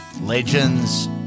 Legends